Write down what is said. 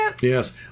Yes